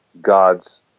God's